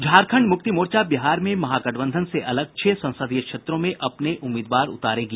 झारखंड मुक्ति मोर्चा बिहार में महागठबंधन से अलग छह संसदीय क्षेत्रों में अपने उम्मीदवार उतारेगी